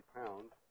pounds